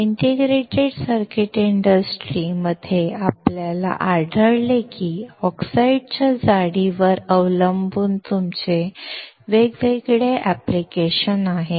integrated circuit industry मध्ये आम्हाला आढळले की ऑक्साईडच्या जाडीवर अवलंबून तुमचे वेगवेगळे ऍप्लिकेशन आहेत